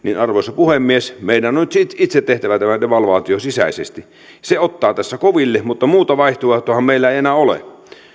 arvoisa puhemies meidän on on nyt itse tehtävä tämä devalvaatio sisäisesti se ottaa tässä koville mutta muuta vaihtoehtoahan meillä ei enää ole